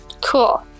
Cool